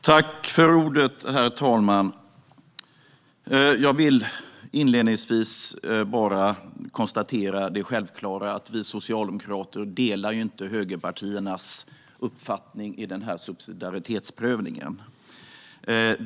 Herr talman! Jag vill inledningsvis konstatera det självklara, nämligen att vi socialdemokrater inte delar högerpartiernas uppfattning om denna subsidiaritetsprövning.